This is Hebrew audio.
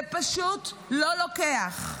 זה פשוט לא לוקח.